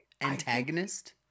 antagonist